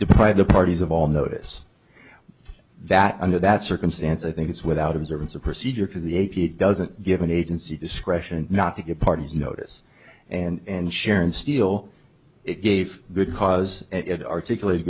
deprive the parties of all notice that under that circumstance i think it's without observance of procedure for the a p it doesn't give an agency discretion not to get parties notice and sharon steel it gave because it articulated